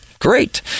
great